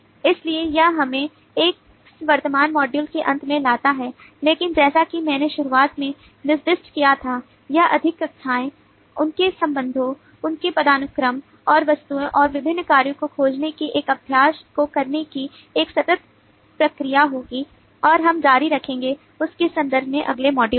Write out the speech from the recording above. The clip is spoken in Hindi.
इसलिए यह हमें इस वर्तमान मॉड्यूल के अंत में लाता है लेकिन जैसा कि मैंने शुरुआत में निर्दिष्ट किया था यह अधिक कक्षाएं उनके संबंधों उनके पदानुक्रम और वस्तुओं और विभिन्न कार्यों को खोजने की इस अभ्यास को करने की एक सतत प्रक्रिया होगी और हम जारी रखेंगे उस के संदर्भ में अगले मॉड्यूल में